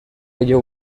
ello